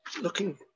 looking